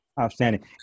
Outstanding